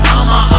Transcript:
I'ma